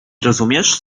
rozumiesz